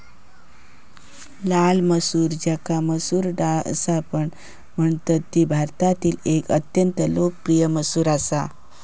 लाल मसूर ज्याका मसूर डाळ असापण म्हणतत ती भारतातील एक अत्यंत लोकप्रिय मसूर असा